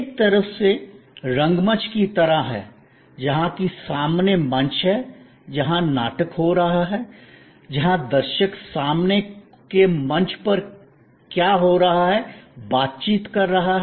एक तरह से रंगमंच की तरह है जहां एक सामने मंच है जहां नाटक हो रहा है जहां दर्शक सामने के मंच पर क्या हो रहा है बातचीत कर रहा है